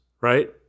right